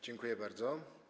Dziękuję bardzo.